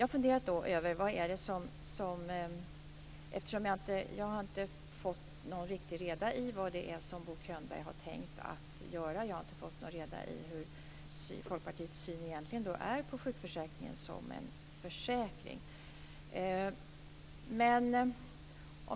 Fru talman! Jag har inte fått någon riktig reda i vad Bo Könberg har tänkt göra, och jag har inte fått någon riktig reda i Folkpartiets syn på sjukförsäkringen som en försäkring.